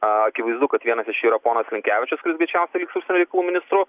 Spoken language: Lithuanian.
akivaizdu kad vienas iš jų yra ponas linkevičius kuris greičiausiai užsienio reikalų ministru